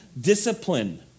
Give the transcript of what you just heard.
discipline